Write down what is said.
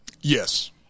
Yes